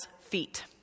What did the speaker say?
feet